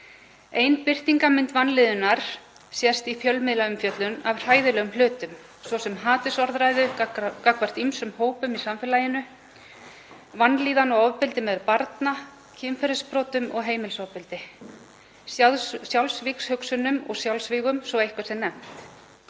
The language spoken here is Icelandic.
Ein birtingarmynd vanlíðunar sést í fjölmiðlaumfjöllun af hræðilegum hlutum, svo sem hatursorðræðu gagnvart ýmsum hópum í samfélaginu, vanlíðan og ofbeldi meðal barna, kynferðisbrotum og heimilisofbeldi, sjálfsvígshugsunum og sjálfsvígum, svo eitthvað sé nefnt.